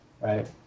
right